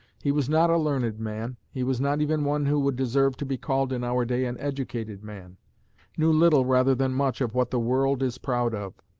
he was not a learned man. he was not even one who would deserve to be called in our day an educated man knew little rather than much of what the world is proud of.